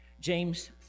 James